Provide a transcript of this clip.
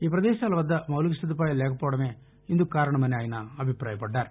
ఈ ప్రదేశాల వద్ద మౌలిక సదుపాయాలు లేకపోవడమే ఇందుకు కారణమని ఆయన అభిపాయపడ్డారు